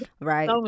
Right